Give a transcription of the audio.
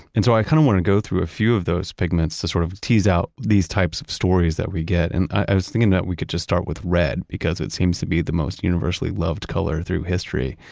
and so i kind of want to go through a few of those pigments to sort of tease out these types of stories that we get. and i was thinking that we could just start with red because it seems to be the most universally loved color through history.